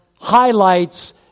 highlights